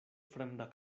fremda